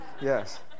Yes